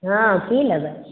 हॅं की लेबै